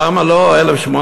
למה לא 1,850?